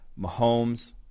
Mahomes